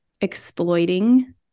exploiting